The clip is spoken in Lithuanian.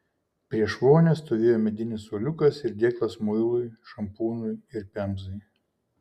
prieš vonią stovėjo medinis suoliukas ir dėklas muilui šampūnui ir pemzai